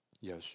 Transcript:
Yes